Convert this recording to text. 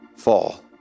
fall